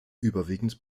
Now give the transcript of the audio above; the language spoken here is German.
überwiegend